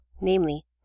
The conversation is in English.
namely